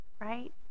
right